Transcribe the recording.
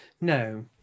No